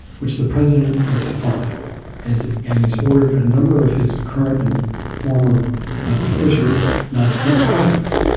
which the president has defied as and he's ordered a number of his current and former officials not to comply with.